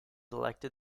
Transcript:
elected